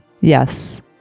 Yes